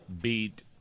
beat